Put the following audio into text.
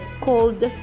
called